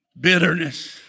bitterness